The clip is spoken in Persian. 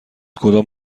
کدام